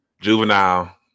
Juvenile